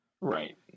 Right